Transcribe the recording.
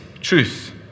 truth